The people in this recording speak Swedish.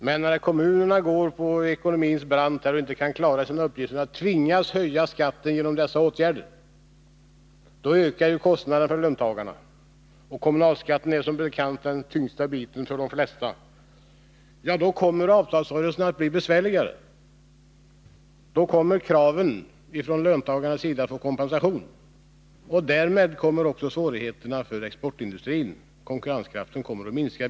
Men när kommunerna befinner sig på ruinens brant och inte kan klara sina uppgifter utan tvingas höja skatten genom dessa åtgärder, ökar ju kostnaderna för löntagarna. Kommunalskatten är som bekant den tyngsta biten för de flesta. Avtalsrörelsen kommer då att bli besvärligare. Löntagarna kräver kompensation. Därmed uppstår svårigheter även för exportindustrin. Konkurrenskraften kommer att minska.